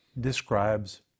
describes